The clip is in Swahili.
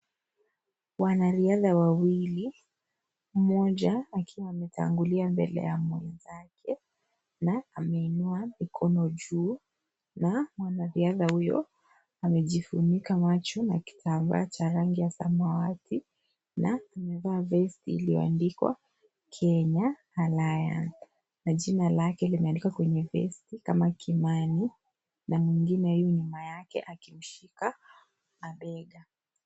Wanariadha wawili, mmoja akiwa ametangulia mbele ya mwenzake, na ameinua mikono juu na mwanariadha huyo amejifunika macho na kitambaa cha rangi ya samawati na amevaa vesti iliyoandikwa Kenya Alliance na jina lake limeandikwa kwenye vesti kama Kimani na mwengine yu nyuma yake akimshika mabega.